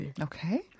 Okay